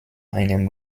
einem